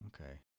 Okay